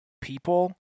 people